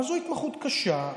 אבל זו התמחות קשה,